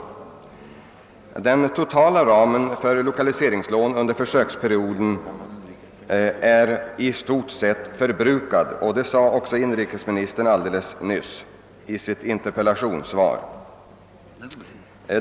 Den totala ramen för lokaliseringslån under försöksperioden är i stort sett förbrukad — det framhöll också inrikesministern i sitt interpellationssvar nyss.